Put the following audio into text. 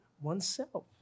oneself